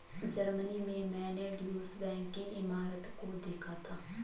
Germany में मैंने Deutsche Bank की इमारत को देखा था